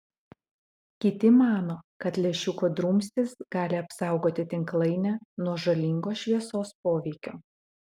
kiti mano kad lęšiuko drumstys gali apsaugoti tinklainę nuo žalingo šviesos poveikio